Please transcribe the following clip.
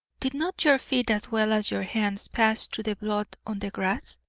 did not your feet as well as your hands pass through the blood on the grass?